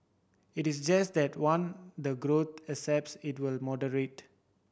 it is just that one the growth accepts it will moderate